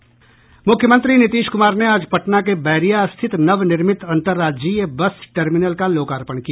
मुख्यमंत्री नीतीश कुमार ने आज पटना के बैरिया स्थित नवनिर्मित अंतर्राज्यीय बस टर्मिनल का लोकार्पण किया